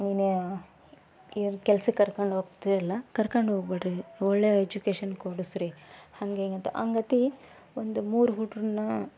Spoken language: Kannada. ಏನು ಕೆಲ್ ಕೆಲ್ಸಕ್ಕೆ ಕರ್ಕಂಡು ಹೋಗ್ತಿರಲ್ಲ ಕರ್ಕಂಡು ಹೋಗ್ಬೇಡ್ರಿ ಒಳ್ಳೆಯ ಎಜುಕೇಷನ್ ಕೊಡಿಸ್ರಿ ಹಾಗೆ ಹೀಗೆ ಅಂತ ಅಂಗತಿ ಒಂದು ಮೂರು ಹುಡ್ರುನ್ನ